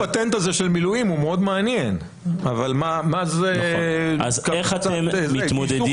איך אתם מתמודדים?